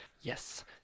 Yes